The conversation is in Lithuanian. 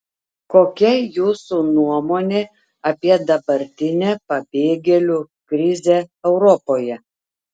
kokia jūsų nuomonė apie dabartinę pabėgėlių krizę europoje